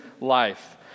life